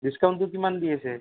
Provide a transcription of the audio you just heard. ডিছকাউণ্টটো কিমান দি আছে